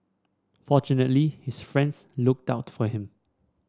fortunately his friends looked out for him